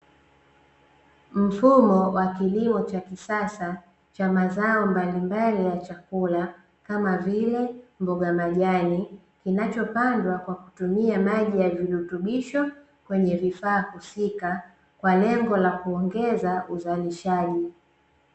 Mfumo wa kilimo cha kisasa cha mazao mbalimbali ya chakula, kama vile, mboga majani, kinachopandwa kwa kutumia maji ya virutubisho kwenye vifaa husika, kwa lengo la kuongeza uzalishaji.